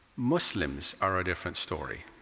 muslims are a different story